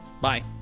bye